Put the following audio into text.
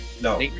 No